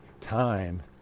time